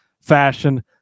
fashion